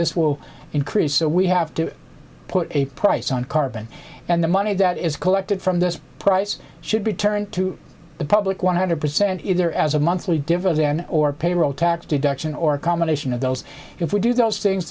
this will increase so we have to put a price on carbon and the money that is collected from this price should be turned to the public one hundred percent either as a monthly dividend or payroll tax deduction or a combination of those if we do those things